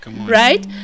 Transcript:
right